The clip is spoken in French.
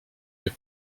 les